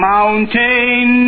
Mountain